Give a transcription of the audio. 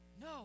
No